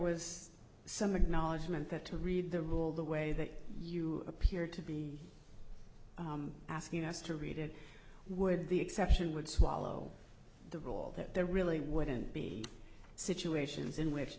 was some acknowledgement that to read the rule the way that you appear to be asking us to read it would the exception would swallow the roll that there really wouldn't be situations in which